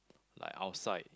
like outside